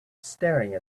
staring